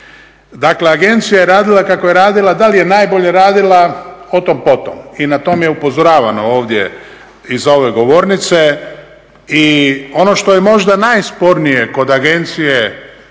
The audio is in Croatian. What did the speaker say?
Dakle, agencija je radila kako je radila, da li je najbolje radila, otom potom i na tom je upozoravano ovdje iz ove govornice i ono što je možda najspornije kod agencije